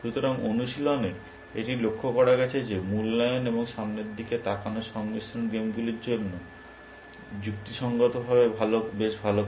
সুতরাং অনুশীলনে এটি লক্ষ্য করা গেছে যে মূল্যায়ন এবং সামনের দিকে তাকানোর সংমিশ্রণ গেমগুলির জন্য যুক্তিসঙ্গতভাবে বেশ ভাল করে